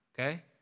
okay